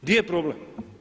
Gdje je problem?